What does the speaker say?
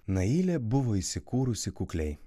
nailė buvo įsikūrusi kukliai